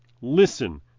Listen